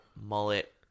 mullet